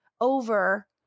over